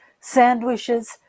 sandwiches